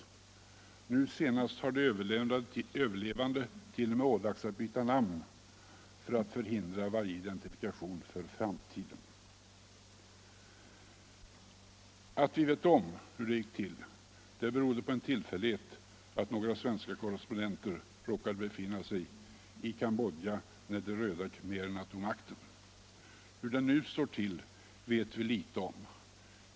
Nu senast har de överlevande t.o.m. ålagts att byta namn för att förhindra varje identifikation för framtiden. Att vi vet om hur det gick till berodde på en tillfällighet: Några svenska korrespondenter råkade befinna sig i Cambodja när de röda khmererna tog makten. Hur det nu står till vet vi mycket litet om.